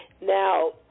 Now